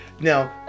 now